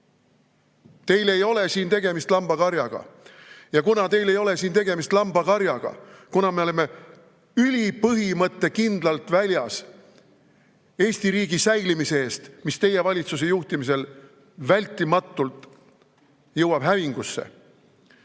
Teil ei ole siin tegemist lambakarjaga! Ja kuna teil ei ole siin tegemist lambakarjaga, kuna me oleme ülipõhimõttekindlalt väljas Eesti riigi säilimise eest, mis teie valitsuse juhtimisel vältimatult jõuab hävingusse,